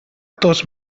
tos